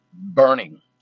Burning